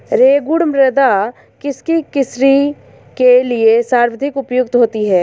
रेगुड़ मृदा किसकी कृषि के लिए सर्वाधिक उपयुक्त होती है?